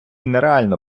нереально